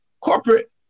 corporate